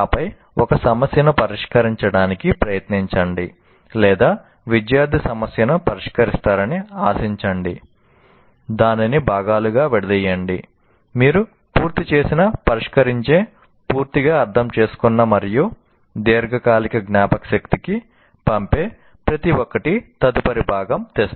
ఆపై ఒక సమస్యను పరిష్కరించడానికి ప్రయత్నించండి లేదా విద్యార్థి సమస్యను పరిష్కరిస్తారని ఆశించండి దానిని భాగాలుగా విడదీయండి మీరు పూర్తి చేసిన పరిష్కరించే పూర్తిగా అర్థం చేసుకున్న మరియు దీర్ఘకాలిక జ్ఞాపకశక్తికి పంపే ప్రతి ఒక్కటి తదుపరి భాగం తెస్తుంది